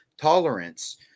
tolerance